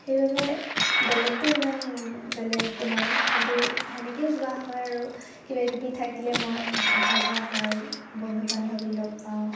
সেইবাবে বেলেগটো ইমান বেলেগ একো নাই কিন্তু তেনেকেই যোৱা হয় আৰু কিবাকিবি থাকিলে মই অহা যোৱা হয় বন্ধু বান্ধবী লগ পাওঁ